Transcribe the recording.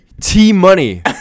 T-Money